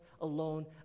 alone